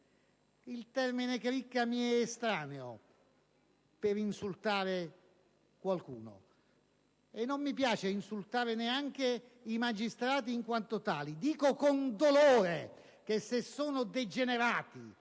Il termine cricca mi è estraneo per insultare qualcuno, e non mi piace insultare neanche i magistrati in quanto tali. Dico, con dolore, che sono degenerati